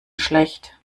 schlecht